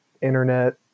Internet